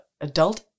adult